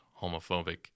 homophobic